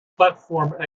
platform